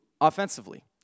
offensively